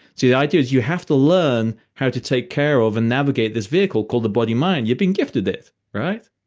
so the idea is you have to learn how to take care of and navigate this vehicle called the body, mind. you've been gifted it. right?